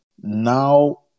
now